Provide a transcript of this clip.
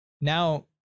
now